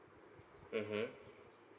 mmhmm